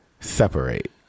separate